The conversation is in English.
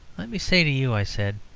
let me say to you, i said,